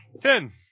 Ten